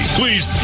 Please